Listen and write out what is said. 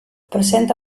presenta